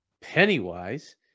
Pennywise